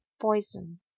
poison